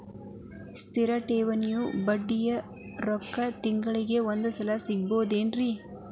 ಸ್ಥಿರ ಠೇವಣಿಯ ಬಡ್ಡಿ ರೊಕ್ಕ ತಿಂಗಳಿಗೆ ಒಂದು ಸಲ ತಗೊಬಹುದೆನ್ರಿ?